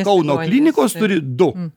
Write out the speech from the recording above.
kauno klinikos turi du